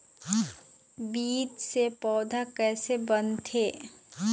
बीज से पौधा कैसे बनथे?